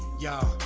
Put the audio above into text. yeah,